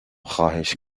خواهش